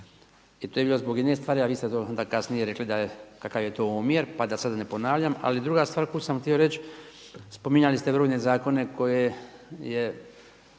I to je bilo zbog jedne stvari a vi ste to onda kasnije rekli da je, kakav je to omjer pa da sada ne ponavljam. Ali druga stvar koju sam htio reći, spominjali ste brojne zakone koje je